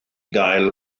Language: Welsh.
gael